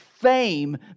Fame